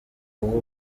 uba